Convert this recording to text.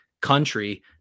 country